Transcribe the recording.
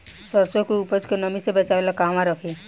सरसों के उपज के नमी से बचावे ला कहवा रखी?